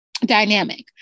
dynamic